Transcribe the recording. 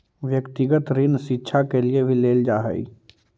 व्यक्तिगत ऋण शिक्षा के लिए भी लेल जा हई